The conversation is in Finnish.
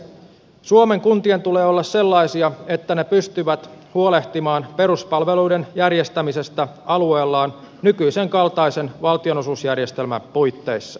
suomen kuntien tulee olla sellaisia että ne pystyvät huolehtimaan peruspalveluiden järjestämisestä alueellaan nykyisen kaltaisen valtionosuusjärjestelmän puitteissa